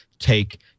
take